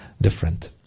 different